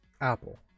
Apple